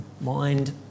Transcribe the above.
Mind